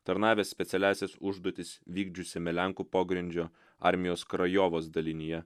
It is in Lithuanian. tarnavęs specialiąsias užduotis vykdžiusiame lenkų pogrindžio armijos krajovos dalinyje